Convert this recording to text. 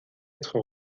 être